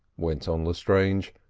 went on lestrange,